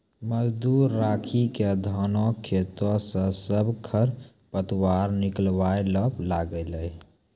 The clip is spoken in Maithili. मजदूर राखी क धानों खेतों स सब खर पतवार निकलवाय ल लागलै